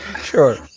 Sure